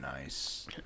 nice